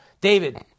David